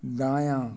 दायाँ